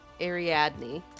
Ariadne